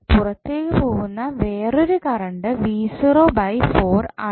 പുറത്തേക്ക് പോകുന്ന വേറൊരു കറണ്ട് ആണ്